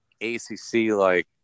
ACC-like